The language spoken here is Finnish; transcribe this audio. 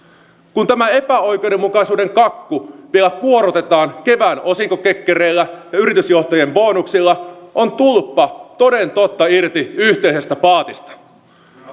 kun tämä epäoikeudenmukaisuuden kakku vielä kuorrutetaan kevään osinkokekkereillä ja yritysjohtajien bonuksilla on tulppa toden totta irti yhteisestä paatista